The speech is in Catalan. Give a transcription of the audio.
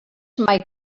mai